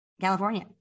California